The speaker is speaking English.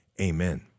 amen